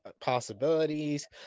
possibilities